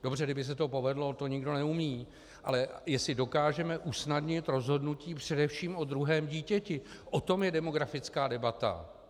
Dobře, kdyby se to povedlo, ale to nikdo neumí, ale jestli dokážeme usnadnit rozhodnutí především o druhém dítěti, o tom je demografická debata.